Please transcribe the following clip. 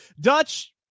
Dutch